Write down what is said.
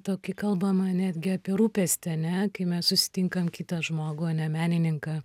tokį kalbama netgi apie rūpestį a ne kai mes susitinkam kitą žmogų o ne menininką